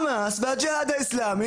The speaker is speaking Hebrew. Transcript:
יקבל על הראש מהחמאס ומהג'יהאד האסלאמי